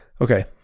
Okay